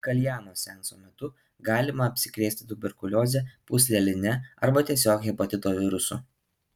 kaljano seanso metu galima apsikrėsti tuberkulioze pūsleline arba tiesiog hepatito virusu